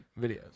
videos